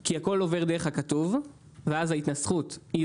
כי הכול עובר דרך הכתוב ואז ההתנסחות היא